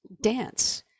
dance